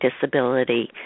disability